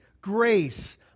grace